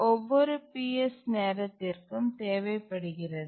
ஒவ்வொரு Ps நேரத்திற்கும் தேவைப்படுகிறது